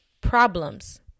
problems